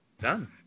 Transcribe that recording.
Done